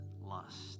lust